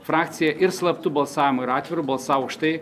frakcija ir slaptu balsavimu ir atviru balsavo už tai